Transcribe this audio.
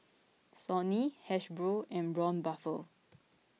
Sony Hasbro and Braun Buffel